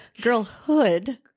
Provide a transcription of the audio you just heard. girlhood